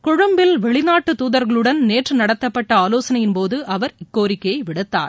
கொழும்பில் வெளிநாட்டு துதர்களுடன் நேற்று நடத்தப்பட்ட ஆலோசனையின்போது அவர் இக்கோரிக்கையை விடுத்தார்